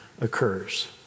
occurs